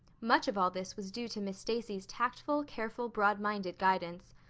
much of all this was due to miss stacy's tactful, careful, broadminded guidance.